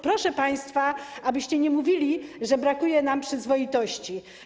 Proszę więc państwa, abyście nie mówili, że brakuje nam przyzwoitości.